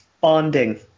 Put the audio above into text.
bonding